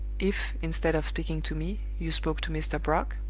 if, instead of speaking to me, you spoke to mr. brock?